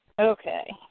Okay